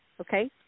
okay